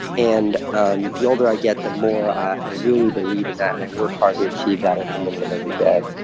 and um the older i get, the more i really believe in that, and i work hard to achieve that every minute of every day.